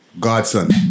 Godson